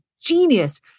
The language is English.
genius